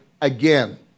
again